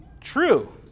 true